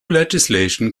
legislation